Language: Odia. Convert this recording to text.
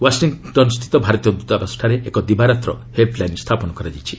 ୱାଶିଂଟନ୍ ସ୍ଥିତ ଭାରତୀୟ ଦୂତାବାସଠାରେ ଏକ ଦିବାରାତ୍ର ହେଲପ୍ଲାଇନ୍ ସ୍ଥାପନ କରାଯାଇଛି